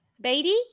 Baby